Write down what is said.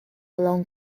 along